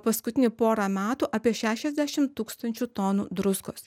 paskutinį porą metų apie šešiasdešim tūkstančių tonų druskos